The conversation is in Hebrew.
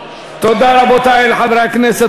תודה, רבותי חברי הכנסת.